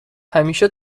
همیشه